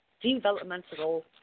developmental